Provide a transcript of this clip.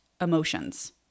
emotions